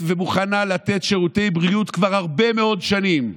ומוכנה לתת שירותי בריאות כבר הרבה מאוד שנים.